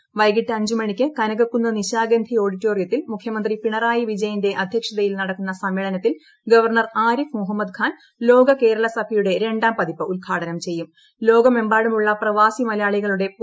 ഇന്ന് വൈകിട്ട് അഞ്ച് മണിക്ക് കനകക്കുന്ന് നിശാഗന്ധി ഓഡിറ്റോറിയത്തിൽ മുഖ്യമന്ത്രി പിണറായി വിജ യന്റെ അധ്യക്ഷതയിൽ നടക്കുന്ന സമ്മേളനത്തിൽ ഗവർണർ ആരിഫ് മുഹമ്മദ് ഖാൻ ലോക കേരള സഭയുടെ രണ്ടാം പതിപ്പ് ഉദ്ഘാടനം ലോകമെമ്പാടുമുള്ള പ്രവാസി മലയാളികളുടെ ചെയ്യും